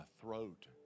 throat